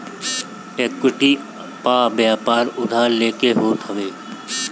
equity पअ व्यापार उधार लेके होत हवे